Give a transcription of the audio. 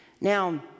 Now